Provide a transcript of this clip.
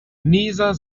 nieser